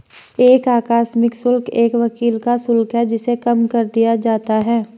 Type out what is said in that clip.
एक आकस्मिक शुल्क एक वकील का शुल्क है जिसे कम कर दिया जाता है